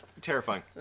Terrifying